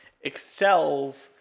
excels